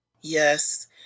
Yes